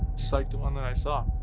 so like the one that i saw